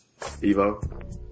Evo